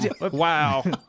Wow